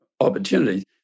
opportunities